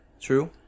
True